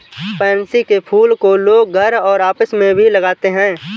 pansy के फूल को लोग घर और ऑफिस में भी लगाते है